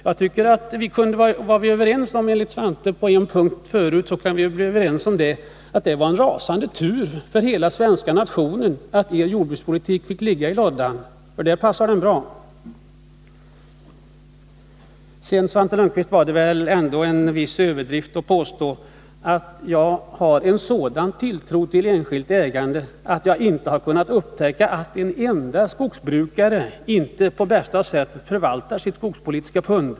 Eftersom vi var överens på en punkt förut, tycker jag att vi kan vara överens om att det var en rasande tur för hela den svenska nationen att er jordbrukspolitik fick ligga kvar i lådan, för där passar den bra. Sedan, Svante Lundkvist, var det väl ändå en viss överdrift att påstå att jag hyser sådan tilltro till enskilt ägande att jag inte har kunnat upptäcka någon enda skogsbrukare som underlåter att på bästa sätt förvalta sitt skogspolitiska pund.